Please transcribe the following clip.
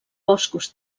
boscos